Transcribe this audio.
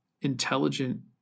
intelligent